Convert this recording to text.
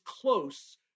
close